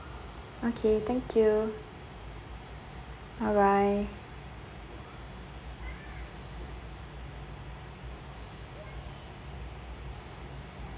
okay thank you bye bye